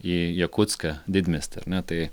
į jakutską didmiestį ar ne tai